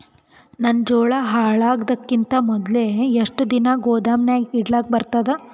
ನನ್ನ ಜೋಳಾ ಹಾಳಾಗದಕ್ಕಿಂತ ಮೊದಲೇ ಎಷ್ಟು ದಿನ ಗೊದಾಮನ್ಯಾಗ ಇಡಲಕ ಬರ್ತಾದ?